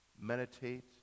meditate